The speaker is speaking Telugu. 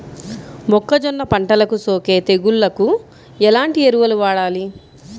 మొక్కజొన్న పంటలకు సోకే తెగుళ్లకు ఎలాంటి ఎరువులు వాడాలి?